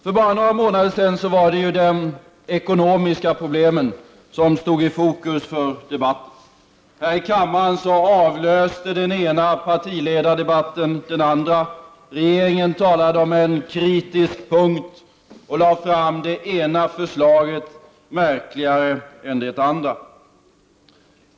För bara några månader sedan var det de ekonomiska problemen som stod i fokus för debatten. Här i kammaren avlöste den ena partiledardebatten den andra. Regeringen talade om en ”kritisk punkt” och lade fram det ena förslaget märkligare än det andra.